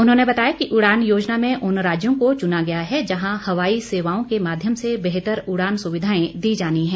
उन्होंने बताया कि उड़ान योजना में उन राज्यों को चुना गया है जहां हवाई सेवाओं के माध्यम से बेहतर उड़ान सुविघाएं दी जानी हैं